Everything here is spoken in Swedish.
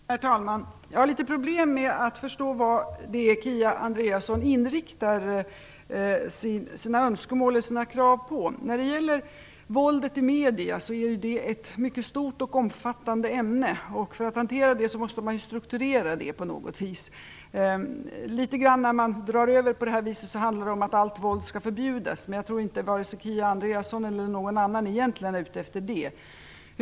Herr talman! Jag har litet problem med att förstå vad Kia Andreasson inriktar sina önskemål och krav på. Våldet i medierna är ett mycket stort och omfattande ämne. För att hantera det måste man strukturera det på något vis. När man drar över på det här viset handlar det om att allt våld ska förbjudas, men jag tror inte att vare sig Kia Andreasson eller någon annan egentligen är ute efter det.